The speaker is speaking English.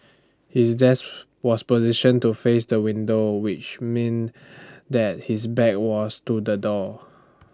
his desks was positioned to face the window which mean that his back was to the door